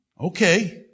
Okay